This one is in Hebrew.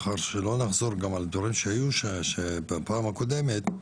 מאחר שלא נחזור גם על דברים שהיו בפעם הקודמת,